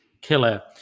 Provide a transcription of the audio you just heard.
killer